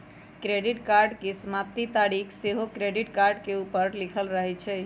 credit card के समाप्ति तारिख सेहो क्रेडिट कार्ड के ऊपर लिखल रहइ छइ